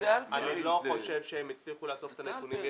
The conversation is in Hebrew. אני לא חושב שהם הצליחו לאסוף את הנתונים,